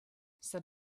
said